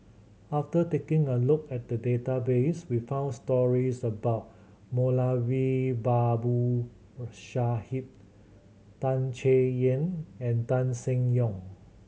after taking a look at the database we found stories about Moulavi Babu Sahib Tan Chay Yan and Tan Seng Yong